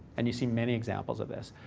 and you see many examples of this.